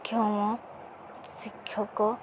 କ୍ଷମ ଶିକ୍ଷକ